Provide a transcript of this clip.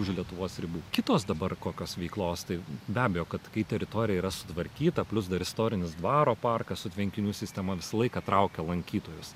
už lietuvos ribų kitos dabar kokios veiklos tai be abejo kad kai teritorija yra sutvarkyta plius dar istorinis dvaro parkas su tvenkinių sistema visą laiką traukia lankytojus